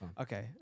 Okay